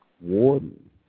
Warden